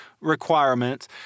requirements